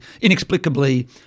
inexplicably